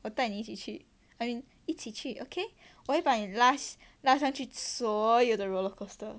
我带你一起去 I mean 一起去 okay 我把你拉上去去所有的 roller coaster